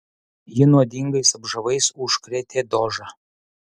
ji nuodingais apžavais užkrėtė dožą